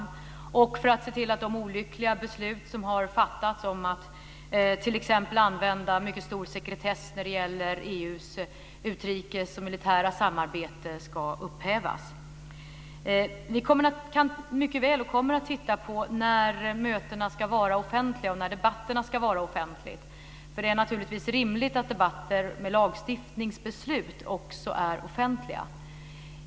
Vi gör också vad vi kan för att se till att de olyckliga beslut som har fattats om att t.ex. använda mycket stor sekretess när det gäller EU:s utrikessamarbete och militära samarbete ska upphävas. Vi kan mycket väl, och vi kommer också att titta på frågan om när möten och debatter ska vara offentliga. Det är naturligtvis rimligt att debatter med lagstiftningsbeslut är offentliga.